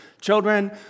children